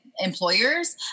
employers